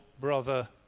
brother